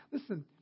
Listen